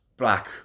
black